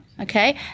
Okay